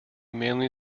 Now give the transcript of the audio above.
mainly